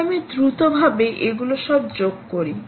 এখন আমি দ্রুত ভাবে এগুলো সব যোগ করি